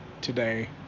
today